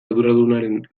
arduradunaren